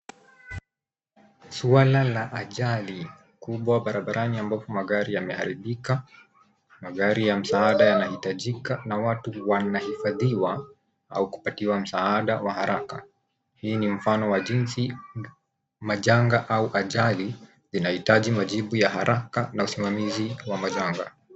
Swala la ajali kubwa barabarani ambapo magari yameharibika. Magari ya msaada yanahitajika na watu wanahifadhiwa au kupatiwa msaada wa haraka. Hii ni mfano wa jinsi majanga au ajali inahitaji majibu ya haraka na usimamizi wa majanga.